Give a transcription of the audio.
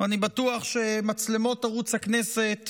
אני בטוח שמצלמות ערוץ הכנסת